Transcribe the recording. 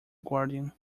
guardian